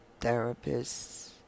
therapists